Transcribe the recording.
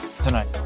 tonight